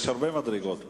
יש הרבה מדרגות פה.